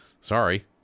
Sorry